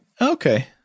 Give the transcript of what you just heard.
Okay